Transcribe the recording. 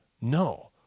No